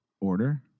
order